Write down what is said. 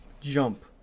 jump